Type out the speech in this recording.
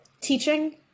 teaching